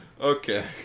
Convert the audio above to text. Okay